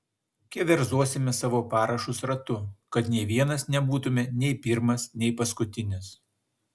keverzosime savo parašus ratu kad nė vienas nebūtume nei pirmas nei paskutinis